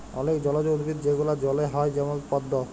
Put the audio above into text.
অলেক জলজ উদ্ভিদ যেগলা জলে হ্যয় যেমল পদ্দ